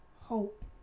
hope